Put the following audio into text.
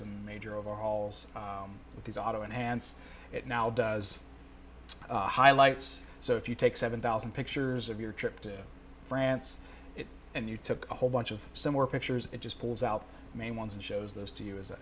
some major overhauls with these auto enhance it now does it highlights so if you take seven thousand pictures of your trip to france and you took a whole bunch of similar pictures it just pulls out main ones and shows those to you as a